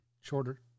shorter